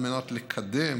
על מנת לקדם